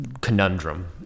conundrum